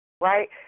right